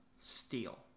Steel